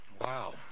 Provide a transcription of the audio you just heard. Wow